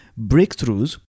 breakthroughs